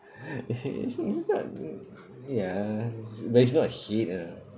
it's not it's not mm ya it's but it's not hate you know